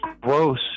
gross